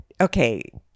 Okay